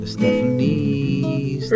Stephanie